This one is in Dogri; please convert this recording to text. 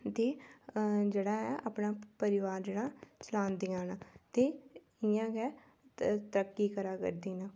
ते जेह्ड़ा ऐ अपना परिवार जेह्ड़ा चलादियां न ते इ'यां गै तरक्की करा करदियां